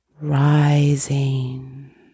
rising